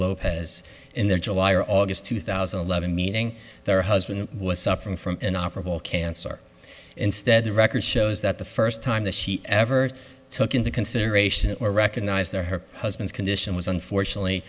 lopez in their july or august two thousand and eleven meeting their husband was suffering from an operable cancer instead the record shows that the first time that he ever took into consideration or recognize their her husband's condition was unfortunately